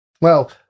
Well-